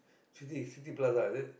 city City Plaza is it